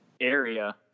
area